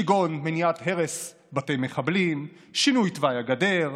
כגון מניעת הרס בתי מחבלים, שינוי תוואי הגדר,